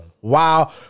wow